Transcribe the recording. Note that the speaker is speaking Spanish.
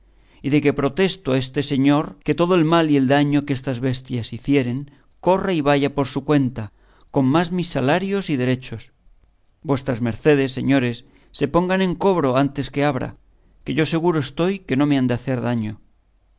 y de que protesto a este señor que todo el mal y daño que estas bestias hicieren corra y vaya por su cuenta con más mis salarios y derechos vuestras mercedes señores se pongan en cobro antes que abra que yo seguro estoy que no me han de hacer daño